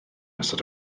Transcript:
ystod